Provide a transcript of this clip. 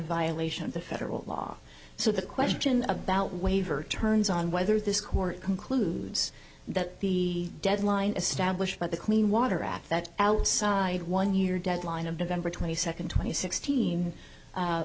violation of the federal law so the question about waiver turns on whether this court concludes that the deadline established by the clean water act that outside one year deadline of november twenty second twenty sixteen